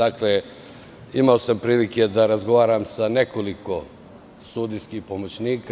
Imao sam prilike da razgovaram sa nekoliko sudijskih pomoćnika.